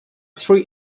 three